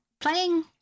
playing